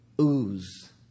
ooze